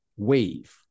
wave